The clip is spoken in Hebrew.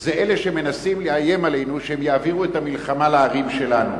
זה אלה שמנסים לאיים עלינו שהם יעבירו את המלחמה לערים שלנו.